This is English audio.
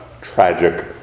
tragic